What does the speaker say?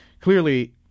clearly